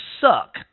suck